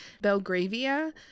Belgravia